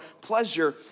pleasure